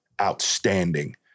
outstanding